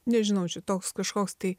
nežinau čia toks kažkoks tai